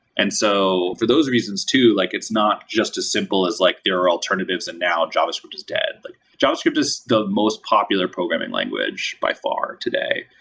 and so for those reasons too, like it's not just as simple as like there are alternatives, and now javascript is dead. like javascript is the most popular programming language by far today.